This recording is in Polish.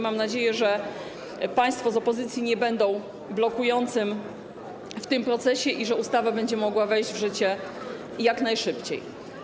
Mam nadzieję, że państwo z opozycji nie będą blokowali tego procesu i że ustawa będzie mogła wejść w życie jak najszybciej.